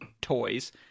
toys